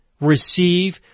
receive